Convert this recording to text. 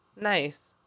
Nice